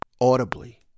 audibly